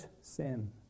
sin